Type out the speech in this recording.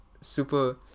super